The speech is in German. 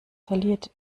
verliert